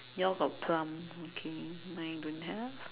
yours got plum okay mine don't have